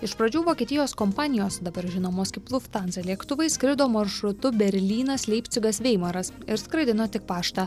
iš pradžių vokietijos kompanijos dabar žinomos kaip luftanza lėktuvai skrido maršrutu berlynas leipcigas veimaras ir skraidino tik paštą